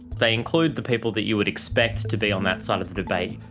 they include the people that you would expect to be on that side of the debate,